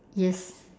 yes